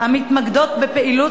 המתמקדות בפעילות